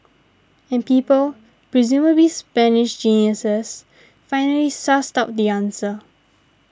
and people presumably Spanish geniuses finally sussed out the answer